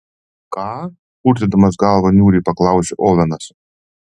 ką purtydamas galvą niūriai paklausė ovenas